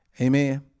Amen